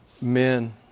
men